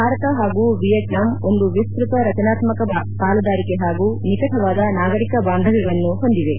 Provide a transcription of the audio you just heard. ಭಾರತ ಪಾಗೂ ವಿಯೆಟ್ನಾಂ ಒಂದು ವಿಸ್ನಕ ರಚನಾತ್ಮಕ ಪಾಲುದಾರಿಕೆ ಪಾಗೂ ನಿಕಟವಾದ ನಾಗರಿಕ ಬಾಂಧವ್ಯವನ್ನು ಹೊಂದಿವೆ